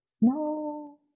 No